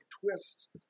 twists